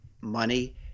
money